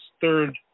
third